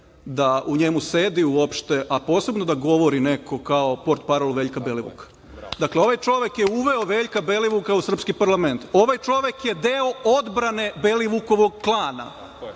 da u njemu sedi uopšte, a posebno da govori neko kao portparol Veljka Belivuka. Ovaj čovek je uveo Veljka Belivuka u srpski parlament. Ovaj čovek je deo odbrane Belivukovog plana.